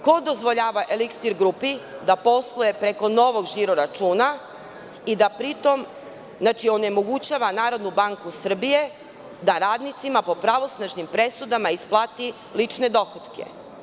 Ko dozvoljava „Eliksir grupi“ da posluje preko novog žiro računa i da pri tom onemogućava NBS da radnicima po pravosnažnim presudama isplati lične dohotke?